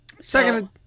Second